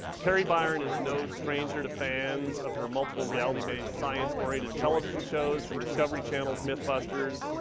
kari byron is no stranger to fans of her multiple reality-based, science-oriented television shows, from discovery channel's mythbusters,